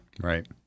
right